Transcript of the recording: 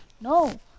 No